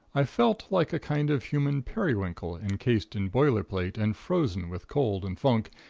i felt like a kind of human periwinkle encased in boilerplate and frozen with cold and funk.